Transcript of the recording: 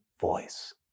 voice